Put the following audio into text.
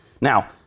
Now